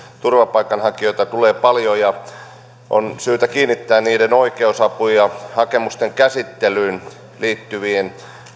turvapaikanhakijoita tulee paljon on syytä kiinnittää huomiota oikeusapuun ja hakemusten käsittelyyn liittyviin